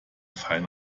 fein